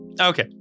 Okay